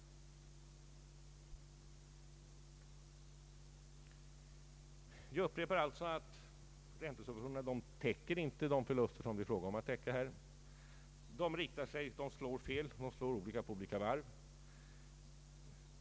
Jag upprepar att räntesubventionerna inte täcker de förluster som det är fråga om. Dessa är olika stora på olika varv.